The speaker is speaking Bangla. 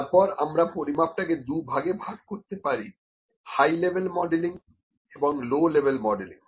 তারপর আমরা পরিমাপটাকে দু ভাগে ভাগ করতে পারি হাই লেভেল মডেলিং এবং লো লেভেল মডেলিং